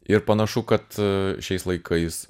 ir panašu kad šiais laikais